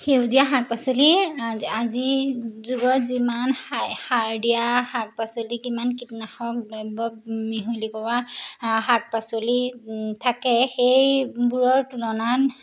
সেউজীয়া শাক পাচলি আ আজিৰ যুগত যিমান সা সাৰ দিয়া শাক পাচলি কিমান কীটনাশক দ্ৰব্য মিহলি কৰোৱা আ শাক পাচলি থাকে সেইবোৰৰ তুলনাত